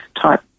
type